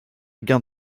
gain